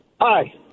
Hi